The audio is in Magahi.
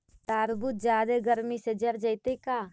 तारबुज जादे गर्मी से जर जितै का?